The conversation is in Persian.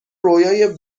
رویای